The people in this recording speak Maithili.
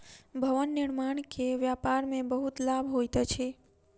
भवन निर्माण के व्यापार में बहुत लाभ होइत अछि